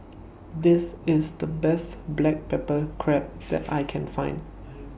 This IS The Best Black Pepper Crab that I Can Find